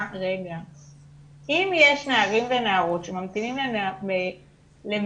אם יש נערים ונערות שממתינים למעונות